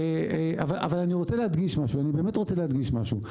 אני באמת רוצה להדגיש משהו.